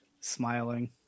smiling